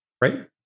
right